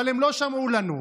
אבל הם לא שמעו לנו.